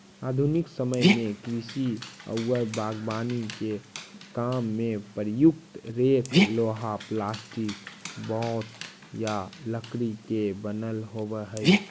आधुनिक समय में कृषि औउर बागवानी के काम में प्रयुक्त रेक लोहा, प्लास्टिक, बाँस या लकड़ी के बनल होबऽ हई